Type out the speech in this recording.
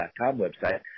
website